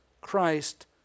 Christ